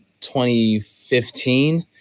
2015